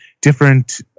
different